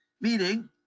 Meaning